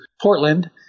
Portland